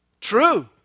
True